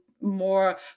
more